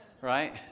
right